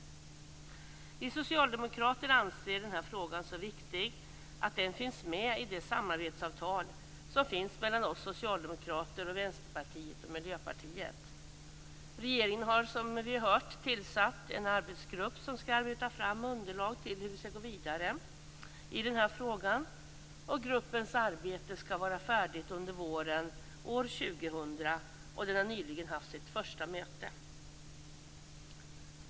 Vi socialdemokrater anser att denna fråga är så viktig att den finns med i det samarbetsavtal som finns mellan oss socialdemokrater och Vänsterpartiet och Miljöpartiet. Regeringen har som vi har hört tillsatt en arbetsgrupp som skall arbeta fram underlag till hur vi skall gå vidare i denna fråga, och gruppens arbete skall vara färdigt under våren år 2000, och den har nyligen haft sitt första möte.